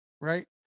right